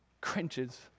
cringes